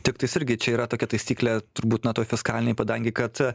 tiktais irgi čia yra tokia taisyklė turbūt na toj fiskalinėj padangėj kad